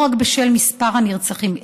לא רק בשל מספר הנרצחים,